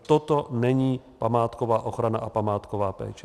Toto není památková ochrana a památková péče.